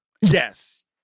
Yes